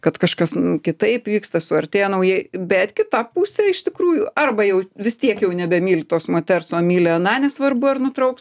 kad kažkas kitaip vyksta suartėja naujai bet kita pusė iš tikrųjų arba jau vis tiek jau nebemyli tos moters o myli aną nesvarbu ar nutrauks